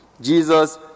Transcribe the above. Jesus